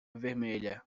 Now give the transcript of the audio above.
vermelha